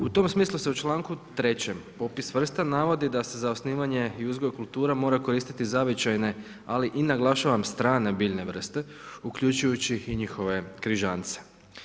U tom smislu se u članku 3. popis vrsta navodu da se za osnivanje i uzgoj kultura mora koristiti zavičajne ali i naglašavam, strane biljne vrste uključujući i njihove križance.